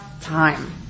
time